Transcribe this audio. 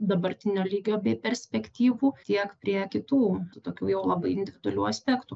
dabartinio lygio bei perspektyvų tiek prie kitų tokių jau labai individualių aspektų